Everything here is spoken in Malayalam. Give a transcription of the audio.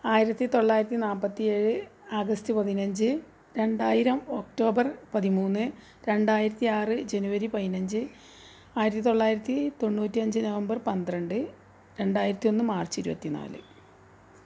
ആയിരത്തി തൊള്ളായിരത്തി നാൽപ്പത്തി ഏഴ് ആഗസ്റ്റ് പതിനഞ്ച് രണ്ടായിരം ഒക്ടോബർ പതിമൂന്ന് രണ്ടായിരത്തി ആറ് ജനുവരി പതിനഞ്ച് ആയിരത്തി തൊള്ളായിരത്തി തൊണ്ണൂറ്റി അഞ്ച് നവംബർ പന്ത്രണ്ട് രണ്ടായിരത്തി ഒന്ന് മാർച്ച് ഇരുപത്തിനാല്